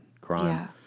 crime